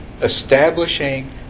establishing